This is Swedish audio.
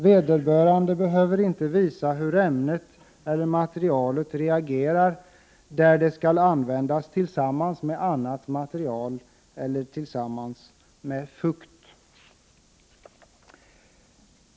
Vederbörande behöver inte visa hur ämnet eller materialet reagerar där det skall användas tillsammans med annat material eller i samband med fukt.